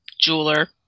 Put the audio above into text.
jeweler